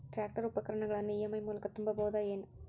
Tractor ಉಪಕರಣಗಳನ್ನು EMI ಮೂಲಕ ತುಂಬಬಹುದ ಏನ್?